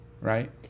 right